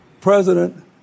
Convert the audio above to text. president